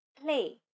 Play